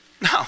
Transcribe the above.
no